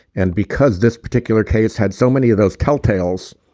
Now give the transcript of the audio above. and because this particular case had so many of those tell tales